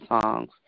songs